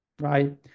right